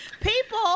people